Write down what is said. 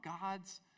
God's